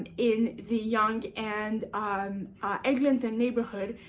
and in the yonge and eglinton neighbourhood,